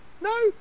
no